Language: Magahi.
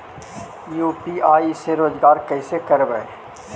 यु.पी.आई से रोजगार कैसे करबय?